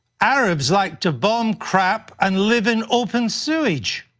arabs like to bomb crap and live in open sewage.